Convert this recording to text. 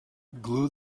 glue